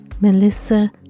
melissa